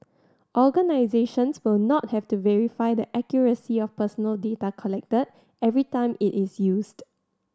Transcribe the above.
organisations will not have to verify the accuracy of personal data collected every time it is used